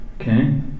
Okay